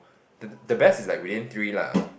the the best is like within three lah